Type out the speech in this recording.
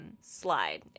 slide